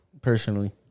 Personally